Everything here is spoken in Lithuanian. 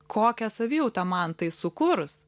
kokią savijautą man tai sukūrus